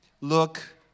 look